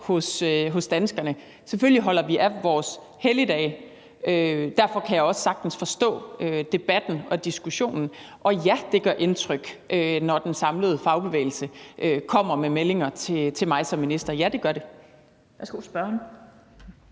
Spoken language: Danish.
folkeafstemning. Selvfølgelig holder vi af vores helligdage, og derfor kan jeg også sagtens forstå debatten og diskussionen. Og ja, det gør indtryk, når den samlede fagbevægelse kommer med meldinger til mig som minister. Ja, det gør det.